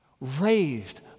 raised